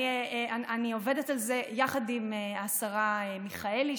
ואני עובדת על זה יחד עם השרה מיכאלי,